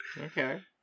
Okay